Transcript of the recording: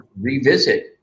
revisit